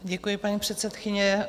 Děkuji, paní předsedkyně.